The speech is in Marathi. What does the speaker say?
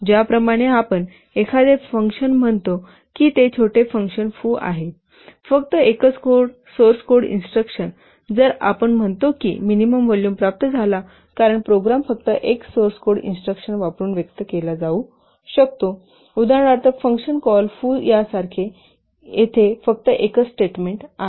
ज्याप्रमाणे आपण एखादे फंक्शन म्हणतो की ते छोटे फंक्शन फू आहेत फक्त एकच कोड सोर्स कोड इंस्ट्रक्शन तर आपण म्हणतो की मिनिमम व्हॉल्यूम प्राप्त झाला कारण प्रोग्राम फक्त एक सोर्स कोड इंस्ट्रक्शन वापरून व्यक्त केला जाऊ शकतो उदाहरणार्थ फंक्शन कॉल फू सारखे यात अहो येथे फक्त एकच स्टेटमेंट आहे